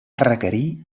requerir